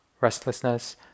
restlessness